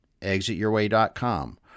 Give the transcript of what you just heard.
ExitYourWay.com